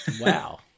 Wow